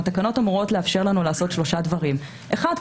התקנות אמורות לאפשר לנו לעשות שלושה דברים: אחד,